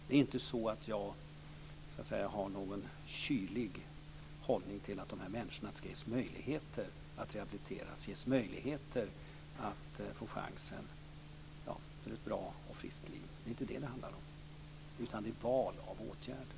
Det är inte så att jag har en kylig hållning till att de här människorna ges möjligheter att rehabiliteras, ges chansen till ett bra och friskt liv. Det är inte detta som det handlar om, utan det gäller val av åtgärder.